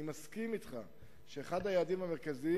אני מסכים אתך שאחד היעדים המרכזיים